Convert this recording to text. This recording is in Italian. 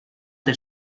del